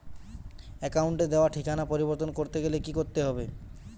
অ্যাকাউন্টে দেওয়া ঠিকানা পরিবর্তন করতে গেলে কি করতে হবে?